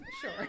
Sure